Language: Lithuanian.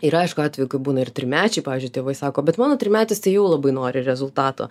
yra aišku atvejų kai būna ir trimečiai pavyzdžiui tėvai sako bet mano trimetis tai jau labai nori rezultato